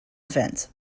events